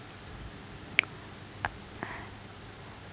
um